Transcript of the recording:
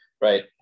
right